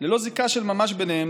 ללא זיקה של ממש ביניהם,